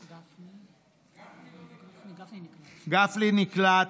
גפני, נקלט.